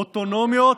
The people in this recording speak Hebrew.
אוטונומיות,